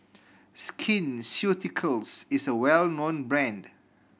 Skin Ceuticals is a well known brand